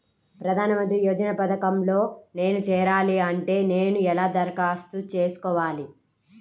ప్రధాన మంత్రి యోజన పథకంలో నేను చేరాలి అంటే నేను ఎలా దరఖాస్తు చేసుకోవాలి?